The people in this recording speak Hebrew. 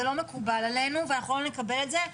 זה לא מקובל עלינו ואנחנו לא נקבל את זה.